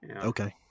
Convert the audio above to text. Okay